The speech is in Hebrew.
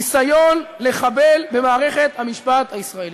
ניסיון לחבל במערכת המשפט הישראלית.